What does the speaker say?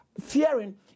fearing